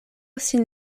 sin